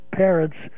parents